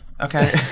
Okay